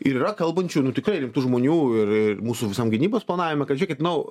ir yra kalbančių nu tikrai rimtų žmonių ir mūsų visam gynybos planavime kad žiūrėkit nu